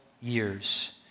years